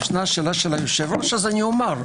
לשאלתך - אל"ף,